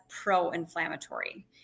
pro-inflammatory